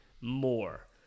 more